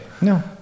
No